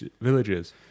villages